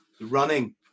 Running